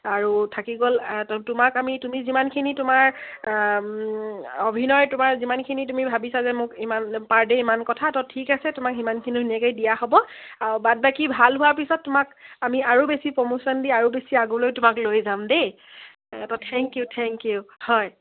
আৰু থাকি গ'ল তোমাক আমি তুমি যিমানখিনি তোমাৰ অভিনয় তোমাৰ যিমানখিনি তুমি ভাবিছা যে মোক ইমান পাৰ ডে ইমান কথা ত' ঠিক আছে তোমাক সিমানখিনি ধুনীয়াকে দিয়া হ'ব আৰু বাদ বাকী ভাল হোৱাৰ পিছত তোমাক আমি আৰু বেছি প্ৰমোশ্যন দি আৰু বেছি আগলৈ তোমাক লৈ যাম দেই ত' থেংক ইউ থেংক ইউ হয়